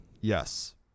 Yes